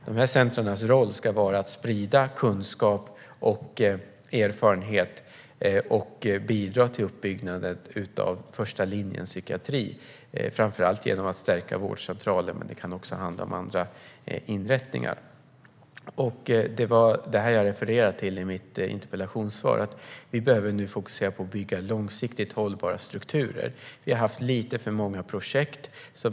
De här centrumens roll ska vara att sprida kunskap och erfarenhet och bidra till uppbyggnaden av första linjens psykiatri, framför allt genom att stärka vårdcentraler. Det kan också handla om andra inrättningar. Det var det här jag refererade till i mitt interpellationssvar. Vi behöver nu fokusera på att bygga långsiktigt hållbara strukturer. Vi har haft lite för många projekt.